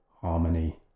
Harmony